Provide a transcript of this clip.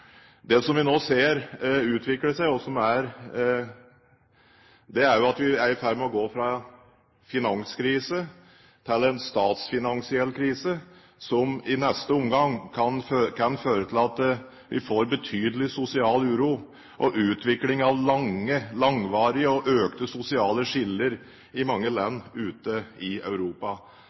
Det som vi nå ser utvikle seg, er at vi er i ferd med å gå fra finanskrise til en statsfinansiell krise, som i neste omgang kan føre til at vi får betydelig sosial uro og utvikling av langvarige og økte sosiale skiller i mange land ute i Europa.